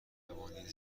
مهربانی